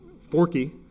forky